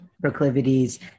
proclivities